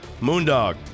Moondog